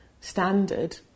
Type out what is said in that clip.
standard